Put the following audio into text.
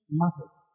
matters